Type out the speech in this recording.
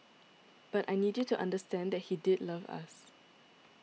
but I need you to understand that he did love us